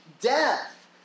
death